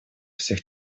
всех